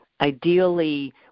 ideally